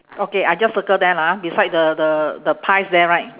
okay I just circle there lah ah beside the the the pies there right